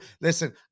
listen